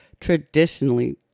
traditionally